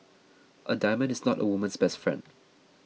a diamond is not a woman's best friend